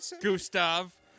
Gustav